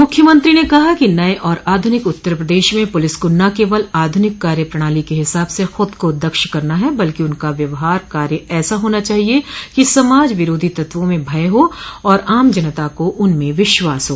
मूख्यमंत्री ने कहा कि नये और आधूनिक उत्तर प्रदेश में पुलिस को न केवल आधुनिक कार्य प्रणाली के हिसाब से खूद को दक्ष करना है बल्कि उनका कार्य व्यवहार ऐसा होना चाहिये कि समाज विरोधी तत्वों में भय हो और आम जनता को उनमें विश्वास हो